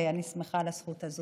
ואני שמחה על הזכות הזאת.